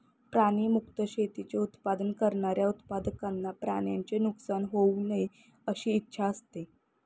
प्राणी मुक्त शेतीचे उत्पादन करणाऱ्या उत्पादकांना प्राण्यांचे नुकसान होऊ नये अशी इच्छा असते